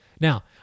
Now